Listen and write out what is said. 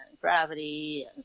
gravity